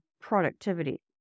productivity